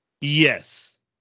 Yes